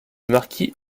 marquis